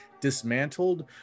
dismantled